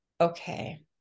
Okay